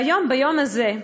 והיום, ביום הזה,